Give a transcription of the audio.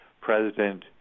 President